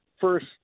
first